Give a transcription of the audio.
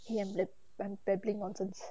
K I'm blab I'm blabbing nonsense